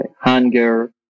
hunger